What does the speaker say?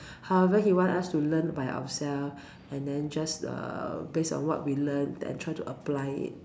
however he want us to learn by ourselves and then just uh based on what we learn then try to apply it